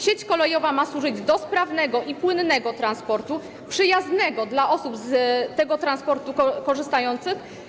Sieć kolejowa ma służyć do sprawnego i płynnego transportu, przyjaznego dla osób z tego transportu korzystających.